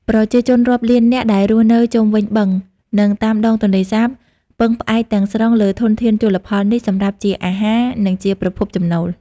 ប្រជាជនរាប់លាននាក់ដែលរស់នៅជុំវិញបឹង និងតាមដងទន្លេសាបពឹងផ្អែកទាំងស្រុងលើធនធានជលផលនេះសម្រាប់ជាអាហារ និងជាប្រភពចំណូល។